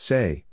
Say